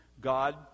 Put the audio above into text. God